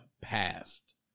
passed